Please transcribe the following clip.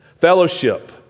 Fellowship